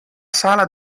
sala